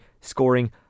Scoring